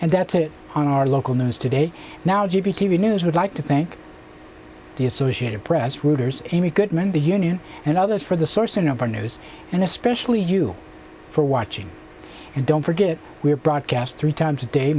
and that's on our local news today now g v t v news would like to thank the associated press routers amy goodman the union and others for the sourcing of our news and especially you for watching and don't forget we are broadcast three times a day